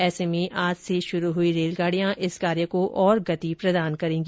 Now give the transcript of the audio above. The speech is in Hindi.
ऐसे में आज से शुरू हई रेलगाड़ियां इस कार्य को और गति प्रदान करेगी